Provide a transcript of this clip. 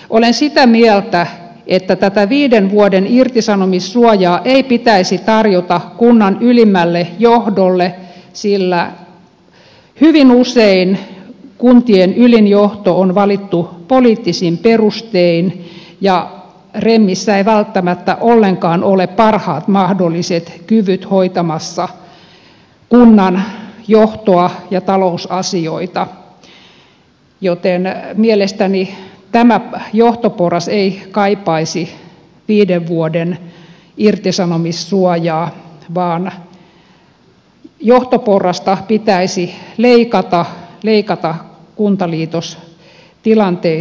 olen sitä mieltä että tätä viiden vuoden irtisanomissuojaa ei pitäisi tarjota kunnan ylimmälle johdolle sillä hyvin usein kuntien ylin johto on valittu poliittisin perustein ja remmissä eivät välttämättä ollenkaan ole parhaat mahdolliset kyvyt hoitamassa kunnan johtoa ja talousasioita joten mielestäni tämä johtoporras ei kaipaisi viiden vuoden irtisanomissuojaa vaan johtoporrasta pitäisi leikata kuntaliitostilanteissa